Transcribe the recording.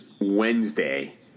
Wednesday